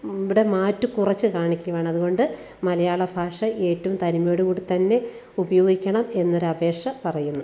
ഇവിടെ മാറ്റു കുറച്ച് കാണിക്കുകയാണ് അതുകൊണ്ട് മലയാള ഭാഷ ഏറ്റവും തനിമയോട് കൂടിത്തന്നെ ഉപയോഗിക്കണം എന്നൊരു അപേക്ഷ പറയുന്നു